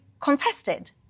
contested